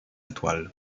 étoiles